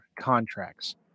contracts